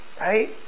right